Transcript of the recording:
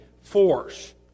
force